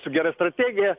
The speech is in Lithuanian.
su gera strategija